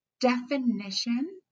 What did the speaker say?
definition